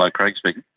like craig speaking.